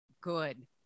good